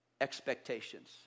expectations